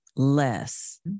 less